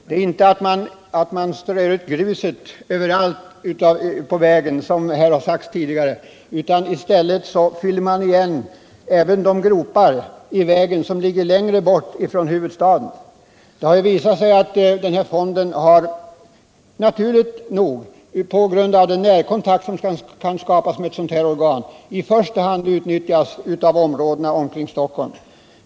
Det är inte så att man strör ut gruset överallt på vägen, som här har sagts tidigare. I stället fyller man igen även de gropar i vägen som ligger längre bort från huvudstaden. Det har visat sig att den här fonden, naturligt nog på grund av den nära kontakt som kan skapas med ett sådant organ, i första hand utnyttjas av områdena kring Stockholm.